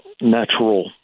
natural